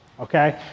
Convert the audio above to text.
okay